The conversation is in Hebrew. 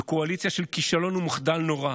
זו קואליציה של כישלון ומחדל נורא